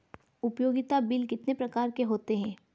उपयोगिता बिल कितने प्रकार के होते हैं?